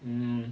mm